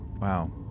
wow